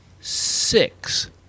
six